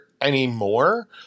anymore